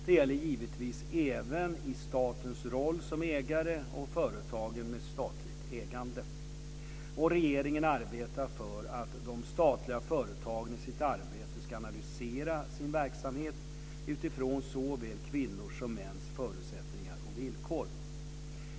Detta gäller givetvis även i statens roll som ägare och i företagen med statligt ägande. Regeringen arbetar för att de statliga företagen i sitt arbete ska analysera sin verksamhet utifrån såväl kvinnors som mäns förutsättningar och villkor.